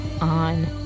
on